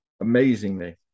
amazingly